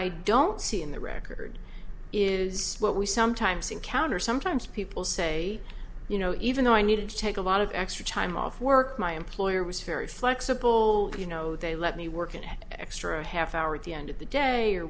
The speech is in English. i don't see in the record is what we sometimes encounter sometimes people say you know even though i needed to take a lot of extra time off work my employer was very flexible you know they let me work an extra half hour at the end of the day or